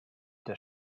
der